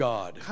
God